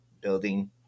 building